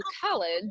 college